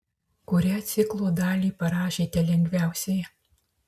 kurią ciklo dalį parašėte lengviausiai